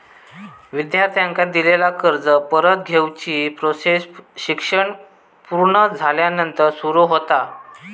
विद्यार्थ्यांका दिलेला कर्ज परत घेवची प्रोसेस शिक्षण पुर्ण झाल्यानंतर सुरू होता